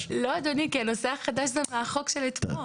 הוא החוק של אתמול.